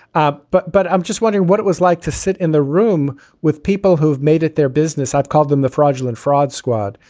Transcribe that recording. ah but but i'm just wonder what it was like to sit in the room with people who've made it their business. i've called them the fraudulent fraud squad,